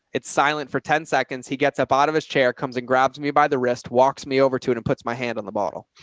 it's silent for ten seconds. he gets up out of his chair, comes and grabs me by the wrist, walks me over to it and puts my hand on the ball.